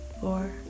four